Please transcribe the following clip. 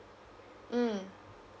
mm